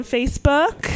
Facebook